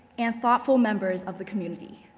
and thoughtful members of the community.